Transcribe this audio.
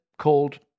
called